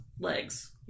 legs